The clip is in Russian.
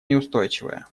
неустойчивая